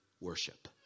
worship